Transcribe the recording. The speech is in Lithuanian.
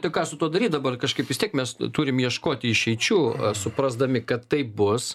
tai ką su tuo daryt dabar kažkaip vis tiek mes turim ieškoti išeičių suprasdami kad tai bus